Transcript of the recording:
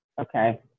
Okay